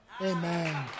Amen